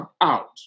out